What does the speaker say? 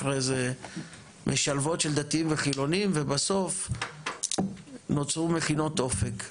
אחרי זה משלבות של דתיים וחילונים ובסוף נוצרו מכינות אופק ונוצר,